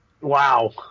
Wow